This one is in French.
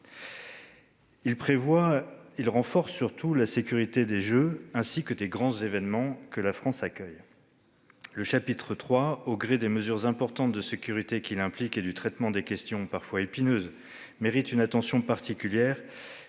il renforce la sécurité des Jeux et des grands événements que la France accueille. Le chapitre III, au gré des mesures importantes de sécurité qu'il implique et du traitement des questions, parfois épineuses, qu'il soulève, mérite une attention particulière,